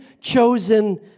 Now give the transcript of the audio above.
chosen